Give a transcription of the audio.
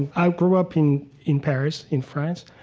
i grew up in in paris, in france.